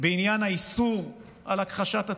בעניין האיסור על הכחשת הטבח,